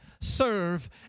serve